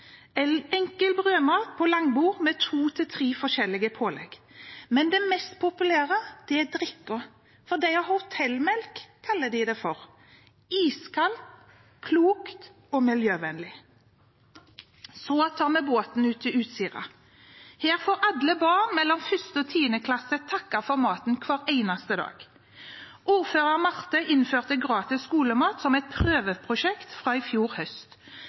enkel brødmat på langbord med to–tre forskjellige pålegg. Men det mest populære er drikken, for de har hotellmelk, som de kaller det: iskald. Det er klokt og miljøvennlig. Så tar vi båten ut til Utsira. Her kan alle barn mellom 1. og 10. klasse takke for maten hver eneste dag. Ordfører Marte innførte gratis skolemat som et prøveprosjekt fra i fjor høst.